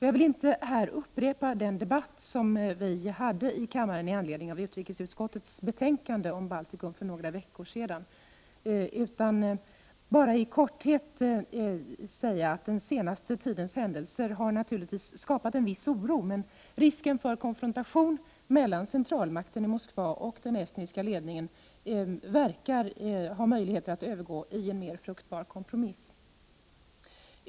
Jag skall inte här upprepa den debatt som vi förde i kammaren i anledning av utrikesutskottets betänkande om Baltikum för några veckor sedan. Jag vill bara i korthet säga att den senaste tidens händelser naturligtvis skapat en viss oro, men att risken för konfrontation mellan centralmakten i Moskva och den estniska ledningen verkar ha möjligheter att övergå i en mer fruktbar kompromiss.